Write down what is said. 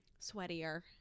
sweatier